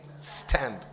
stand